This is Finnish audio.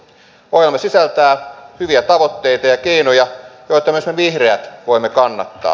ohjelma sisältää hyviä tavoitteita ja keinoja joita myös me vihreät voimme kannattaa